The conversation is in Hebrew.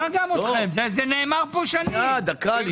זה נאמר פה כבר שנים.